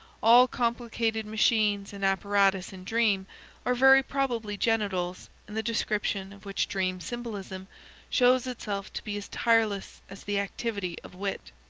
all complicated machines and apparatus in dream are very probably genitals, in the description of which dream symbolism shows itself to be as tireless as the activity of wit.